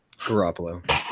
Garoppolo